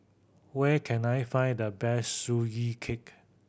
where can I find the best Sugee Cake